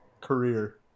career